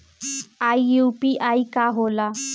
ई यू.पी.आई का होला?